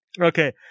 Okay